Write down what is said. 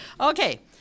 Okay